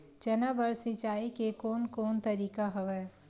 चना बर सिंचाई के कोन कोन तरीका हवय?